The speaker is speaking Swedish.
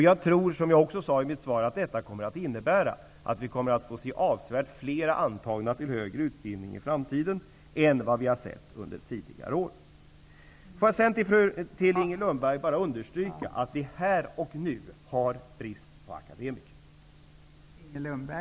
Jag tror, som jag också sade i mitt svar, att det kommer att innebära att vi kommer att se avsevärt fler antagna till högre utbildning i framtiden än vad vi har sett under tidigare år. Får jag till sist understryka att vi här och nu har brist på akademiker.